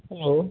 hello